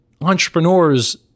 entrepreneurs